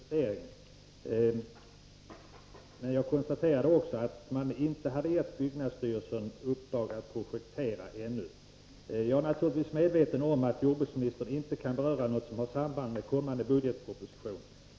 Herr talman! Jag ber att få tacka jordbruksministern för kompletteringen. Jag konstaterade tidigare att man inte hade gett byggnadsstyrelsen i uppdrag att projektera ännu. Jag är naturligtvis medveten om att jordbruksministern inte kan beröra något som har samband med den kommande budgetpropositionen.